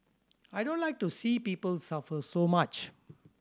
I don't like to see people suffer so much